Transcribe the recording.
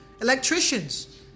electricians